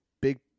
big